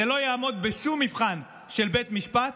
זה לא יעמוד בשום מבחן של בית משפט,